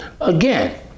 Again